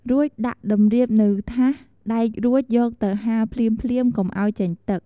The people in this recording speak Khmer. រួចដាក់តម្រាបនៅថាសដែករូចយកទៅហាលភ្លាមៗកុំឲ្យចេញទឹក។